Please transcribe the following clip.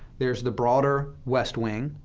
there's the broader west wing,